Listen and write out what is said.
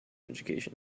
education